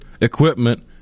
equipment